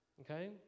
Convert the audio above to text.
okay